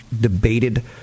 debated